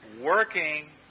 working